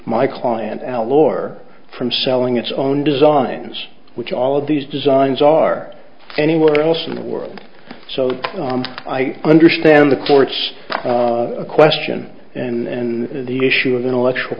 my client a lawyer from selling its own designs which all of these designs are anywhere else in the world so i understand the court's a question and the issue of intellectual